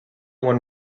one